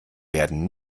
werden